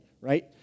right